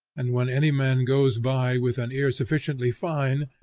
and when any man goes by with an ear sufficiently fine,